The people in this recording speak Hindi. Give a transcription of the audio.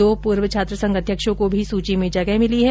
दो पूर्व छात्रसंघ अध्यक्षों को भी सूची में जगह मिली है